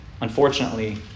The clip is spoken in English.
unfortunately